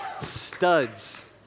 studs